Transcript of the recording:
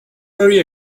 very